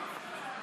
החלפתם?